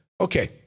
Okay